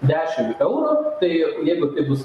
dešimt eurų tai jeigu tai bus